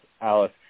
Alice